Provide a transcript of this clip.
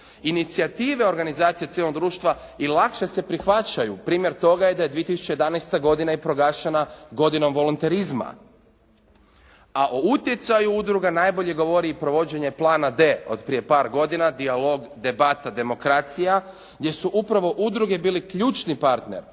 Inicijative organizacije cijelog društva i lakše se prihvaćaju. Primjer toga je da je 2011. godina i proglašena godinom volonterizma, a o utjecaju udruga najbolje govori i provođenje plana «D» od prije par godina «Dijalog, debata, demokracija» gdje su upravo udruge bile ključni partner